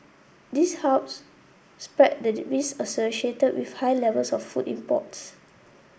this helps spread that the risk associated with high levels of food imports